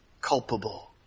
culpable